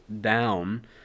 down